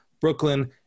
Brooklyn